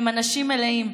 הם אנשים מלאים.